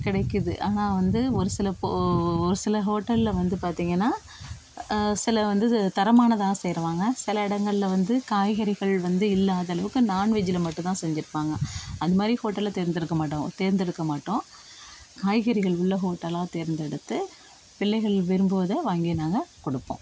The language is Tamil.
கிடைக்கிது ஆனால் வந்து ஒரு சில இப்போ ஒரு சில ஹோட்டலில் வந்து பார்த்தீங்கன்னா சில வந்து தரமானதாக சேருவாங்க சில இடங்கள்ல வந்து காய்கறிகள் வந்து இல்லாத அளவுக்கு நான்வெஜ்ஜில் மட்டும்தான் செஞ்சிருப்பாங்க அந்த மாதிரி ஹோட்டலில் தேர்ந்தெடுக்க மாட்டோம் தேர்ந்தெடுக்க மாட்டோம் காய்கறிகள் உள்ள ஹோட்டலாக தேர்ந்தெடுத்து பிள்ளைகள் விரும்புவதை வாங்கியும் நாங்கள் கொடுப்போம்